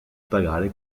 pagare